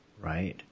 Right